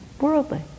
worldly